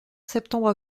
septembre